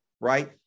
right